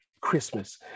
Christmas